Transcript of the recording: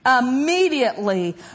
immediately